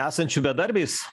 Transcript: esančių bedarbiais